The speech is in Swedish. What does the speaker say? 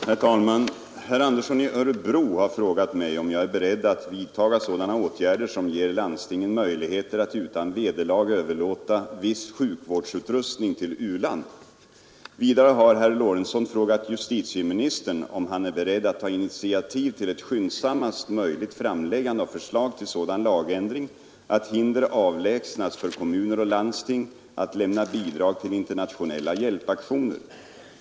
Herr talman! Herr Andersson i Örebro har frågat mig om jag är beredd att vidtaga sådana åtgärder som ger landstingen möjligheter att utan vederlag överlåta viss sjukvårdsutrustning till u-land. Vidare har herr Lorentzon frågat justitieministern om han är beredd att ta initiativ till ett skyndsammast möjligt framläggande av förslag till sådan lagändring, att hinder avlägsnas för kommuner och landsting att lämna bidrag till internationella hjälpaktioner.